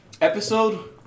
episode